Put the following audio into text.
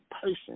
person